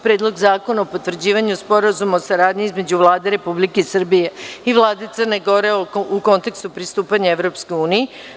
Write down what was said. Predlog zakona o potvrđivanju Sporazuma o saradnji između Vlade Republike Srbije i Vlade Crne Gore u kontekstu pristupanja Evropskoj uniji; 19.